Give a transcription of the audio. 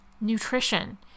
Nutrition